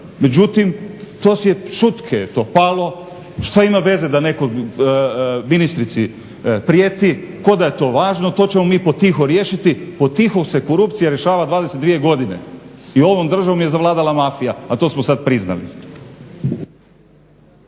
Međutim, to je šutke palo. Što ima veze da netko ministrici prijeti. Kao da je to važno, to ćemo mi potiho riješiti. Potiho se korupcija rješava 22 godine i ovom državom je zavladala mafija, a to smo sad priznali.